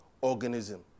organism